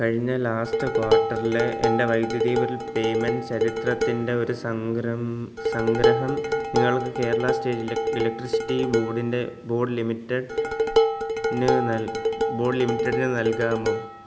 കഴിഞ്ഞ ലാസ്റ്റ് ക്വാർട്ടറിലെ എൻ്റെ വൈദ്യുതി ബിൽ പേയ്മെൻ്റ് ചരിത്രത്തിൻ്റെ ഒരു സംഗ്രഹം നിങ്ങൾക്ക് കേരള സ്റ്റേറ്റ് ഇലക്ട്രിസിറ്റി ബോർഡിൻ്റെ ബോർഡ് ലിമിറ്റഡ് ന് ബോർഡ് ലിമിറ്റഡിന് നൽകാമോ